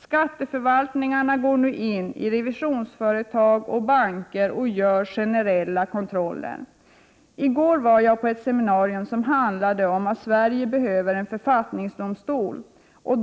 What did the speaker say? Skatteförvaltningarna går nu in i revisionsföretag och banker och gör generella kontroller. I går var jag på ett seminarium som handlade om att Sverige behöver en författningsdomstol.